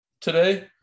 today